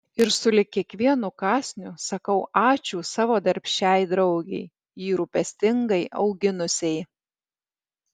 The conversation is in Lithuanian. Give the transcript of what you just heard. ir sulig kiekvienu kąsniu sakau ačiū savo darbščiai draugei jį rūpestingai auginusiai